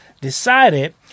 decided